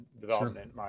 development